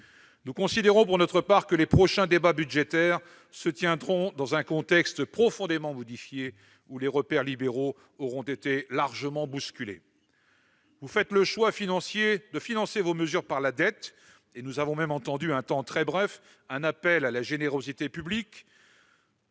Nous considérons pour notre part que les prochains débats budgétaires se tiendront dans un contexte profondément modifié, où les repères libéraux auront été largement bousculés. Vous faites le choix de financer vos mesures par la dette, et nous avons même entendu un temps très bref un appel à la générosité publique.